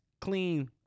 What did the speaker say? clean